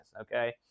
okay